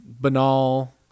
banal